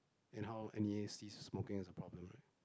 and how N_E_A sees smoking as a problem